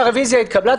שהרביזיה התקבלה,